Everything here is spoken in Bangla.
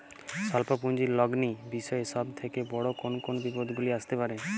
স্বল্প পুঁজির লগ্নি বিষয়ে সব থেকে বড় কোন কোন বিপদগুলি আসতে পারে?